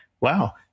wow